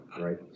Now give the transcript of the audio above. right